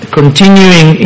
continuing